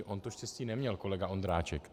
On to štěstí neměl, kolega Ondráček.